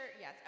yes